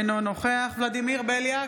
אינו נוכח ולדימיר בליאק,